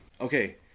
Okay